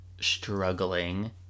struggling